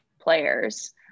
players